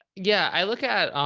yeah, i look at,